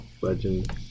legend